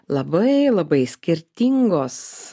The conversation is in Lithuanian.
labai labai skirtingos